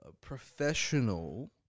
professional